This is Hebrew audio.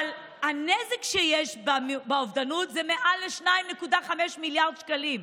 אבל הנזק שיש באובדנות זה מעל 2.5 מיליארד שקלים.